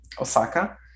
osaka